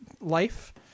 life